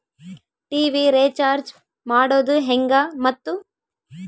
TV recharge ಮಾಡೋದು ಹೆಂಗ ಮತ್ತು?